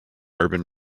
urban